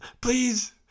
Please